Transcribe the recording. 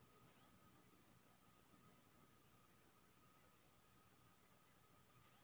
आर कोन सब तरह के बीमा भ सके इ बैंक स आ कोन सबसे लंबा अवधि के ये?